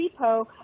repo